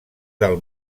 del